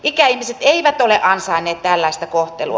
ikäihmiset eivät ole ansainneet tällaista kohtelua